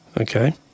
Okay